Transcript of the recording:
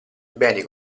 beni